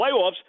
playoffs